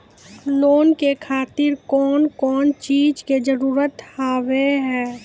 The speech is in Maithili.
लोन के खातिर कौन कौन चीज के जरूरत हाव है?